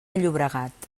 llobregat